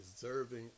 deserving